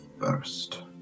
first